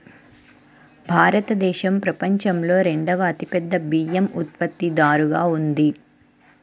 భారతదేశం ప్రపంచంలో రెండవ అతిపెద్ద బియ్యం ఉత్పత్తిదారుగా ఉంది